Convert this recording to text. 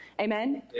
Amen